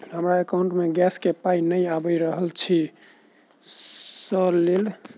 हमरा एकाउंट मे गैस केँ पाई नै आबि रहल छी सँ लेल?